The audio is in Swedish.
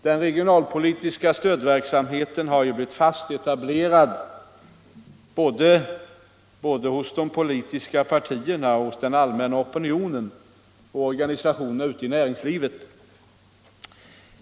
Den regionalpolitiska stödverksamheten har blivit fast etablerad såväl hos de politiska partierna som hos den allmänna opinionen och bland näringslivets organisationer.